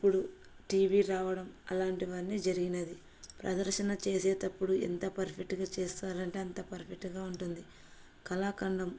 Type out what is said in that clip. ఇప్పుడు T V రావడం అలాంటివన్నీ జరిగినది ప్రదర్శన చేసేటప్పుడు ఎంత పర్ఫెక్ట్గా చేస్తారంటే అంత పర్ఫెక్ట్గా ఉంటుంది కళాఖండం